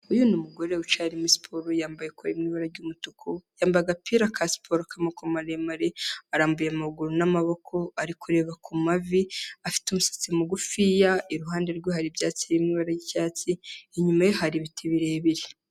Uyu ni umugore wicayera ari muri siporo yambaye kora iri mu ibara ry'umutuku yambaye agapira ka siporo ka maboko maremare, arambuye amaguru n'amaboko ari kureba ku mavi, afite umusatsi mugufiya, iruhande rwe hari ibyatsi biri mu ibara ry'icyatsi, inyuma ye hari ibiti birebire.